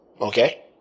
Okay